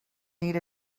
need